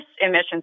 emissions